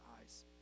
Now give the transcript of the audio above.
eyes